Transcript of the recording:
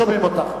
לא שומעים אותך.